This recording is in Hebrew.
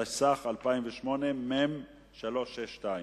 התשס"ח 2008, מ/362,